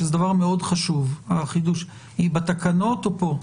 שזה דבר מאוד חשוב - היא בתקנות או פה?